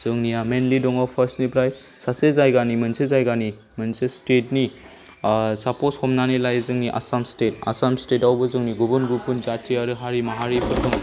जोंनिया मैनलि दङ फार्स्टनिफ्राय सासे जायगानि मोनसे जायगानि मोनसे स्टेटनि साप'ज हमनानै ला जोंनि आसाम स्टेट आसाम स्टेटआवबो जोंनि गुबुन गुबुन जाथि आरो हारि माहारिफोर दं